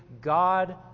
God